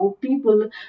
people